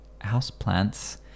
houseplants